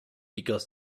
because